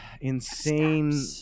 insane